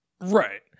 Right